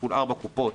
כפול ארבעה קופות,